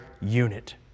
unit